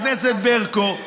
הכנסת ברקו,